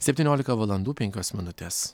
septyniolika valandų penkios minutės